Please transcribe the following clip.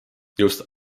just